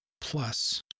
plus